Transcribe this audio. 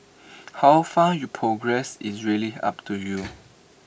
how far you progress is really up to you